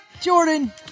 Jordan